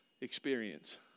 experience